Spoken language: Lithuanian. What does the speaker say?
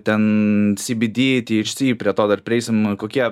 ten sybydy tyišsy prie to dar prieisim kokie